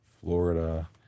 Florida